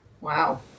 Wow